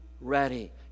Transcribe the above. ready